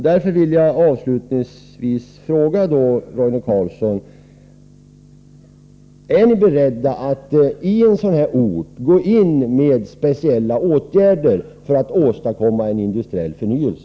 Jag vill därför avslutningsvis fråga Roine Carlsson: Är ni beredda att gå in med speciella åtgärder i en sådan här ort för att åstadkomma en industriell förnyelse?